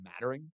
mattering